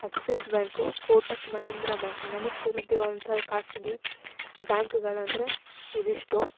Axis bank Kotak Mahindra bank ನನಗೆ ತಿಳಿದಿರುವಂಥ ಖಾಸಗಿ ಬ್ಯಾಂಕ್ಗಳಂದರೆ ಇದಿಷ್ಟು